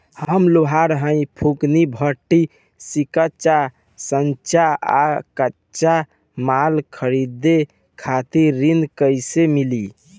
हम लोहार हईं फूंकनी भट्ठी सिंकचा सांचा आ कच्चा माल खरीदे खातिर ऋण कइसे मिली?